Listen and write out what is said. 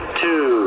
two